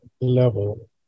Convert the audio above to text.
level